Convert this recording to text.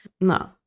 No